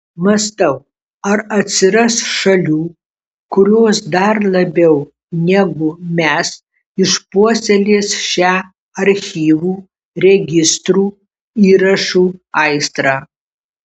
mąstau ar atsiras šalių kurios dar labiau negu mes išpuoselės šią archyvų registrų įrašų aistrą